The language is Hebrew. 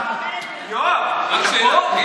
יואב, אתה פה?